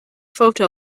photo